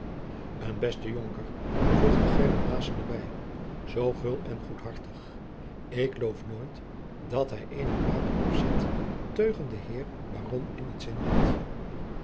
een beste jonker voegde gheryt maessen er bij zoo gul en goedhartig ik loof nooit dat hij eenig kwaôd opzet teugen den heer baron in t zin had